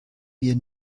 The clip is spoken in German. wir